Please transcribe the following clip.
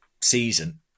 season